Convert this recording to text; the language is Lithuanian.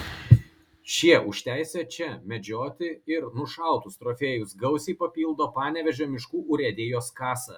šie už teisę čia medžioti ir nušautus trofėjus gausiai papildo panevėžio miškų urėdijos kasą